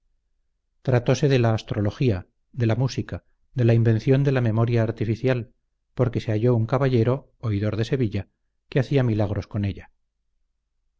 tratose de la astrología de la música de la invención de la memoria artificial porque se halló un caballero oidor de sevilla que hacía milagros con ella